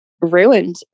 ruined